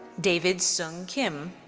david sung kim.